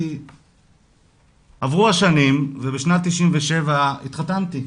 עברו השנים ובשנת 97, התחתנתי.